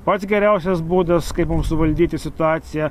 pats geriausias būdas kaip mums suvaldyti situaciją